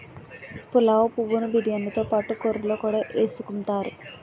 పులావు పువ్వు ను బిర్యానీతో పాటు కూరల్లో కూడా ఎసుకుంతారు